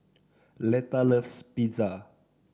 Leta loves Pizza